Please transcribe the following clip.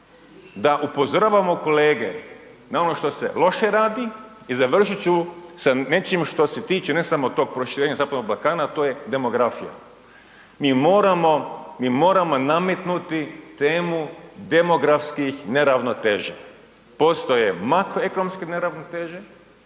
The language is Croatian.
da upozoravamo kolege na ono što se loše radi i završit ću sa nečim što se tiče ne samo tog proširenja zapadnog Balkana, a to je demografija. Mi moramo nametnuti temu demografskih neravnoteža. Postoje makroekonomske neravnoteže,